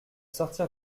sortir